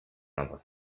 another